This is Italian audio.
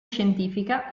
scientifica